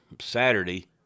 Saturday